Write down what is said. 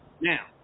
Now